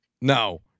No